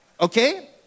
Okay